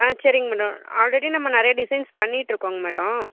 ஆ சரிங்க madam already நம்ம நிறைய டிசைன்ஸ் பண்ணிகிட்டு இருக்கோங்க மேடம்